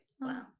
wow